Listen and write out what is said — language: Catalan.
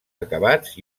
acabats